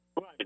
Right